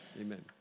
Amen